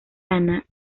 anna